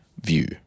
view